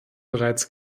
bereits